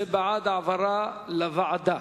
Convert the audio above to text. זה בעד העברה לוועדה.